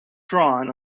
drawn